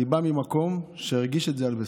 אני בא ממקום שהרגיש את זה על בשרו.